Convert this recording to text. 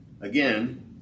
again